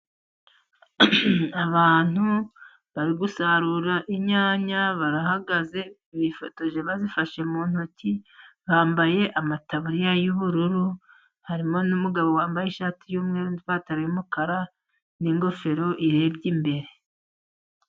Abantu bari gusarura inyanya .Barahagaze bifotoje bazifashe mu ntoki, bambaye amatabariya y'ubururu , harimo n'umugabo wambaye ishati y'umweru,n, ipantaro y'umukara n'ingofero irebye imbere.